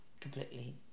completely